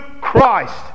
Christ